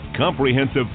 comprehensive